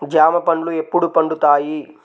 జామ పండ్లు ఎప్పుడు పండుతాయి?